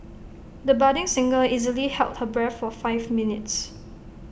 the budding singer easily held her breath for five minutes